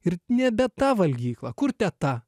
ir nebe ta valgykla kur teta